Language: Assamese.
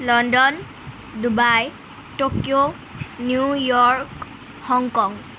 London Dubai Tokyo New York Hong Kong